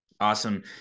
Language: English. awesome